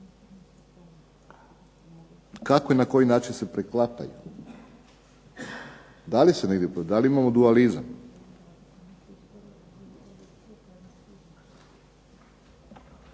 Kako i na koji način se preklapaju, da li se negdje, da